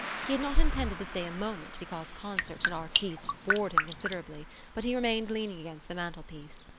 he had not intended to stay a moment because concerts and artistes bored him considerably but he remained leaning against the mantelpiece.